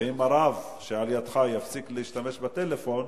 ואם הרב שלידך יפסיק להשתמש בטלפון,